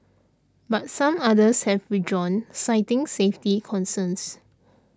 but some others have withdrawn citing safety concerns